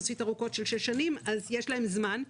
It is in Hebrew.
ארוכות יחסית של שש שנים אז יש להם זמן.